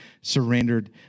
Surrendered